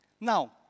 Now